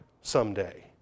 someday